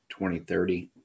2030